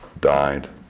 died